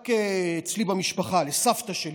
רק אצלי במשפחה, למשל לסבתא שלי,